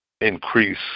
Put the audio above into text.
Increase